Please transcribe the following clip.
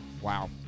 Wow